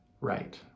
right